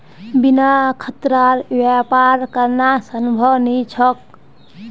बिना खतरार व्यापार करना संभव नी छोक